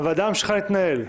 הוועדה ממשיכה להתנהל.